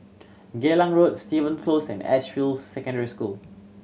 Geylang Road Stevens Close and Edgefield Secondary School